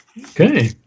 Okay